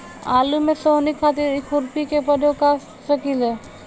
आलू में सोहनी खातिर खुरपी के प्रयोग कर सकीले?